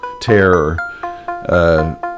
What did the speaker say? terror